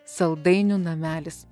saldainių namelis